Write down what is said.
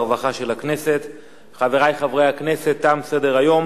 הרווחה והבריאות נתקבלה.